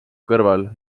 kõrval